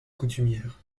coutumière